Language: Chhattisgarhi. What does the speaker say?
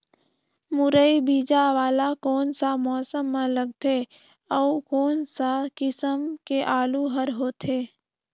मुरई बीजा वाला कोन सा मौसम म लगथे अउ कोन सा किसम के आलू हर होथे?